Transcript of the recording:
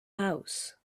house